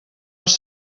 els